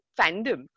fandom